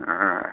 ꯑꯥ